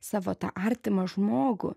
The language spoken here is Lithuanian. savo tą artimą žmogų